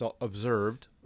observed